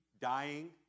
dying